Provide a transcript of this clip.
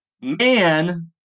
man